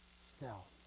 self